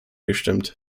gestimmt